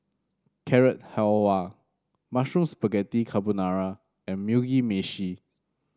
Carrot Halwa Mushroom Spaghetti Carbonara and Mugi Meshi